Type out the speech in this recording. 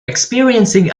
experiencing